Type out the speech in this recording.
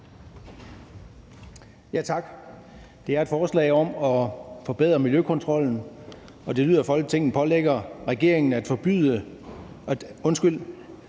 Tak. Det er et forslag om at forbedre miljøkontrollen, og det lyder: »Folketinget pålægger regeringen at forbedre